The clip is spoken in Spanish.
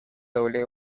doble